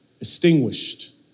extinguished